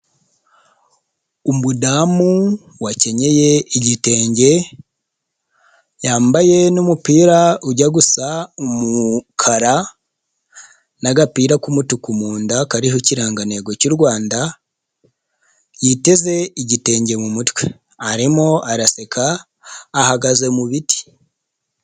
Umudamu wakenyeye igitenge, yambaye n'umupira ujya gusa umukara n'agapira k'umutuku mu nda kariho ikirangantego cy'u Rwanda, yiteze igitenge mu mutwe, arimo araseka, ahagaze mu biti.